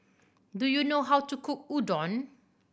do you know how to cook Udon